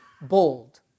bold